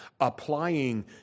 applying